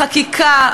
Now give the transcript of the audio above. החקיקה,